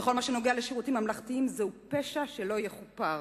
בכל מה שקשור לשירותים ממלכתיים זהו פשע שלא יכופר,